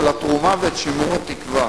של התרומה ושימור התקווה.